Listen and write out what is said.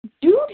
Dude